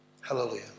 Hallelujah